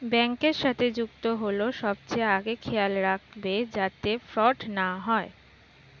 ব্যাংকের সাথে যুক্ত হল সবচেয়ে আগে খেয়াল রাখবে যাতে ফ্রড না হয়